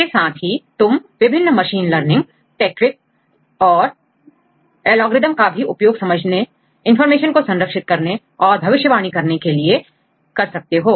इसके साथ ही तुम विभिन्न मशीन लर्निंग टेक्निक और एलॉग्र्रिदम का भी उपयोग समझने इंफॉर्मेशन को संरक्षित करने और भविष्यवाणी करने के लिए कर सकते हो